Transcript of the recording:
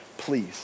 Please